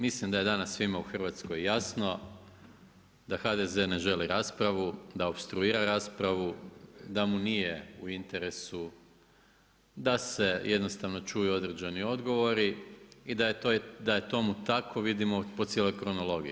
Mislim da je danas svima u Hrvatskoj jasno, da HDZ ne želi raspravu, da opstruira raspravu, da mu nije u interesu, da se jednostavno čuju određeni odgovori i da je tomu tako, vidimo po cijeloj kronologiji.